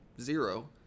zero